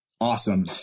awesome